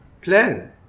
plan